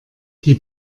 die